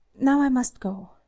now i must go.